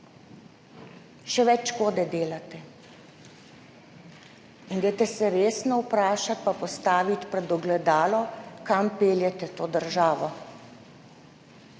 Še več škode delate. Dajte se resno vprašati pa postaviti pred ogledalo, kam peljete to državo.